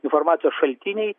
informacijos šaltiniai